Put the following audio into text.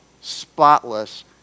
spotless